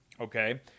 Okay